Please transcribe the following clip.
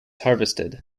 harvested